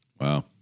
Wow